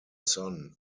son